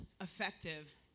effective